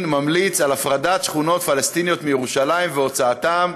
ממליץ על הפרדת שכונות פלסטיניות מירושלים והוצאתן.